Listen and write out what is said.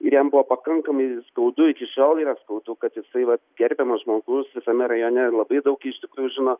ir jam buvo pakankamai skaudu iki šiol yra skaudu kad jisai vat gerbiamas žmogus visame rajone ir labai daug iš tikrųjų žino